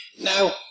Now